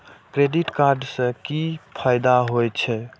Credit card से कि फायदा होय छे?